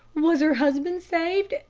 was her husband saved,